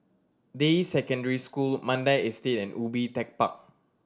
Deyi Secondary School Mandai Estate and Ubi Tech Park